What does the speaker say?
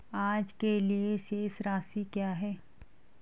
आज के लिए शेष राशि क्या है?